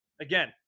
Again